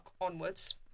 onwards